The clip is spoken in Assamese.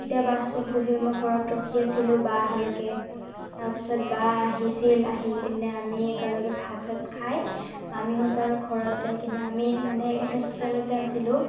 যেতিয়া বা স্কুলত গৈছিল মই ঘৰত ৰখি আছিলো বা অহালৈকে তাৰ পাছত বা আহিছিল আহি পিনে আমি একেলগে ভাত চাত খাই মামীহঁতৰ ঘৰত যাই কিনে আমি মানে একে চোতালতে আছিলো